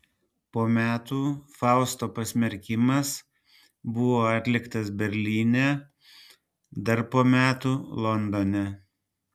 po metų fausto pasmerkimas buvo atliktas berlyne dar po metų londone